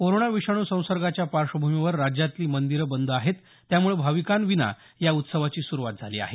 corona विषाणू संसर्गाच्या पार्श्वभूमीवर राज्यातली मंदीर बंद आहेत त्यामुळं भाविकांविना या उत्सवाची सुरुवात झाली आहे